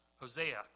Hosea